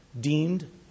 deemed